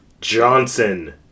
Johnson